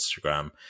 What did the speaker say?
Instagram